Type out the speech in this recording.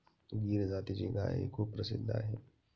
गीर जातीची गायही खूप प्रसिद्ध आहे